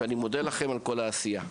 מודה לכולם עבור העשייה.